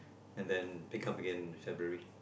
and then pick up again in February